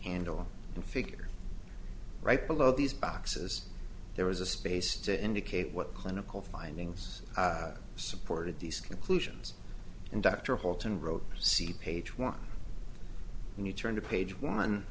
handle and figure right below these boxes there was a space to indicate what clinical findings supported these conclusions and dr holton wrote see page one and you turn to page one